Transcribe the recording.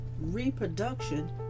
reproduction